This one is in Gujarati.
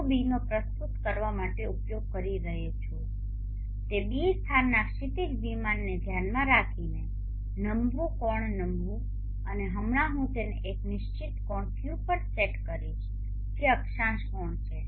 હું B નો પ્રસ્તુત કરવા માટે ઉપયોગ કરી રહ્યો છું તે ß સ્થાનના ક્ષિતિજ વિમાનને ધ્યાનમાં રાખીને નમવું કોણ નમવું અને હમણાં હું તેને એક નિશ્ચિત કોણ Q પર સેટ કરીશ જે અક્ષાંશ કોણ છે